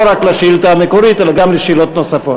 ולא רק על השאילתה המקורית אלא גם על שאלות נוספות.